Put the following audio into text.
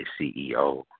CEO